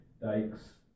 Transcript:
dikes